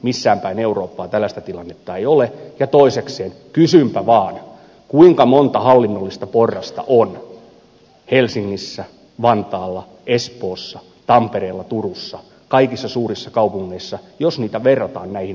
missään päin eurooppaa tällaista tilannetta ei ole ja toisekseen kysynpä vaan kuinka monta hallinnollista porrasta on helsingissä vantaalla espoossa tampereella turussa kaikissa suurissa kaupungeissa jos niitä verrataan näihin parjattuihin hallinnon himmeleihin